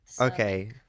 Okay